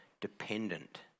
dependent